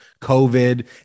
COVID